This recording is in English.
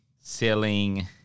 selling